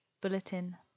bulletin